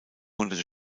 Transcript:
monate